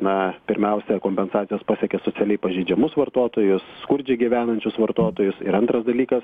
na pirmiausia kompensacijos pasiekė socialiai pažeidžiamus vartotojus skurdžiai gyvenančius vartotojus ir antras dalykas